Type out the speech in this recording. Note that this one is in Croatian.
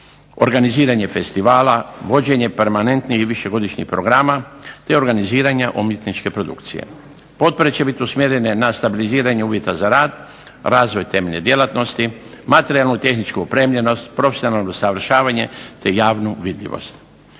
organiziranje festivala, vođenje permanentnih i višegodišnjih programa te organiziranja umjetničke produkcije. Potpore će biti usmjerene na stabiliziranje uvjeta za rad, razvoj temeljne djelatnosti, materijalnu tehničku opremljenost, profesionalno usavršavanje te javnu vidljivost.